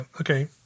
okay